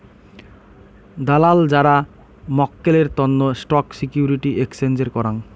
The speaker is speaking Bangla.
দালাল যারা মক্কেলের তন্ন স্টক সিকিউরিটি এক্সচেঞ্জের করাং